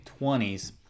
20s